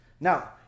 Now